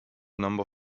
number